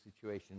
situation